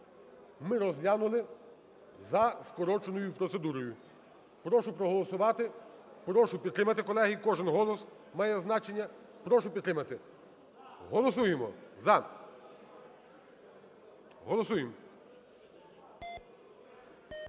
ми розглянули за скороченою процедурою. Прошу проголосувати, прошу підтримати, колеги, кожен голос має значення, прошу підтримати. Голосуємо "за", голосуємо.